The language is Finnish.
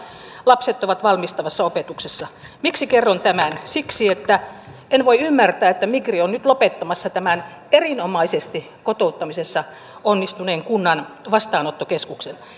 lapset ovat valmistavassa opetuksessa miksi kerron tämän siksi että en voi ymmärtää että migri on nyt lopettamassa tämän erinomaisesti kotouttamisessa onnistuneen kunnan vastaanottokeskuksen